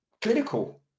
Clinical